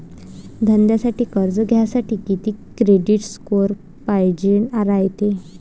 धंद्यासाठी कर्ज घ्यासाठी कितीक क्रेडिट स्कोर पायजेन रायते?